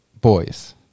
Boys